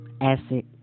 acid